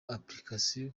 application